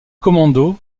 commandos